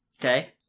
Okay